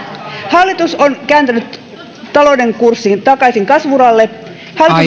hallitus on kääntänyt talouden kurssin takaisin kasvu uralle hallitus on tehnyt